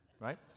Right